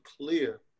clear